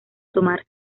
tomar